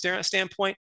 standpoint